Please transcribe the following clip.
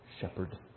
shepherd